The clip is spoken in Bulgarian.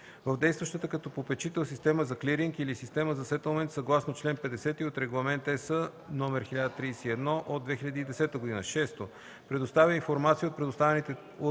в действащата като попечител система за клиринг или система за сетълмент съгласно чл. 50 от Регламент (ЕС) № 1031/2010; 6. предоставя информация от проведените